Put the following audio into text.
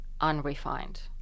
unrefined